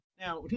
Now